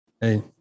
Hey